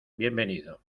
bienvenido